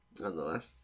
nonetheless